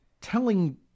telling